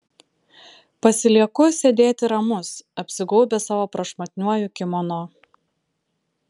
pasilieku sėdėti ramus apsigaubęs savo prašmatniuoju kimono